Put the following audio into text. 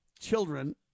children